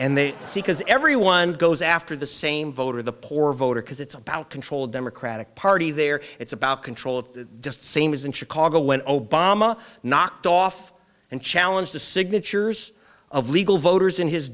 and they say because everyone goes after the same voter the poor voter because it's about control democratic party there it's about control of the just same as in chicago when obama knocked off and challenge the signatures of legal voters in his